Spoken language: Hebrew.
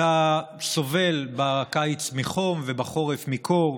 אתה סובל בקיץ מחום ובחורף מקור,